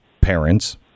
parents